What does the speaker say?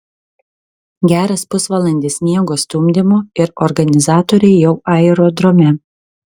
geras pusvalandis sniego stumdymo ir organizatoriai jau aerodrome